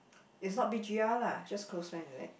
is not B G R lah just close friends is it